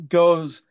goes